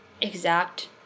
exact –